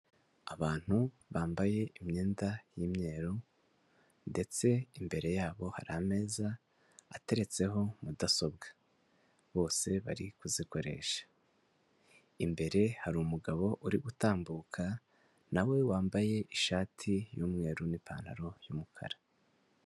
Abantu bambaye imyenda y'imyeru ndetse imbere yabo hari ameza ateretseho mudasobwa, bose bari kuzikoresha; imbere hari umugabo uri gutambuka, na we wambaye ishati y'umweru n' ipantaro y'umukara.